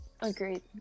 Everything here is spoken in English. agreed